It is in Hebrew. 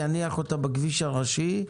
יניח אותה בכביש הראשי,